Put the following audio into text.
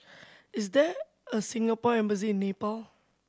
is there a Singapore Embassy Nepal